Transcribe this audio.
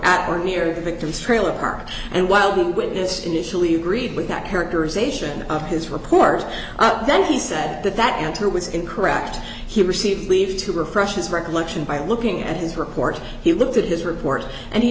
at or near the victim's trailer park and while the witness initially agreed with that characterization of his report then he said that that answer was in correct he received leave to refresh his recollection by looking at his report he looked at his report and he